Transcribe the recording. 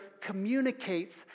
communicates